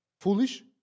foolish